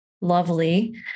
lovely